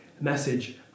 message